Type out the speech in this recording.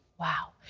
wow.